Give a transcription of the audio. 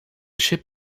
ship